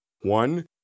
One